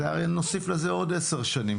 הרי נוסיף לזה עוד עשר שנים,